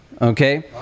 okay